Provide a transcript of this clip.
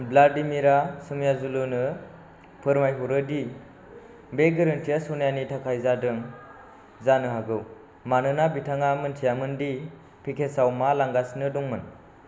व्लादिमीरा सोमयाजुलुनो फोरमायहरोदि बे गोरोन्थिया सनियानि थाखाय जादों जानो हागौ मानोना बिथाङा मिन्थियामोनदि पेकेजाव मा लांगासिनो दंमोन